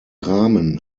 rahmen